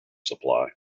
supply